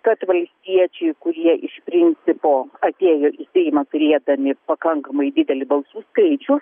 kad valstiečiai kurie iš principo atėjo į seimą turėdami pakankamai didelį balsų skaičių